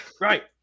Right